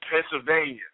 Pennsylvania